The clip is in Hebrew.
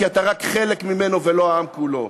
כי אתה רק חלק ממנו ולא העם כולו.